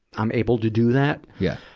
i'm able to do that. yeah